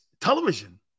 television